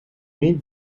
mid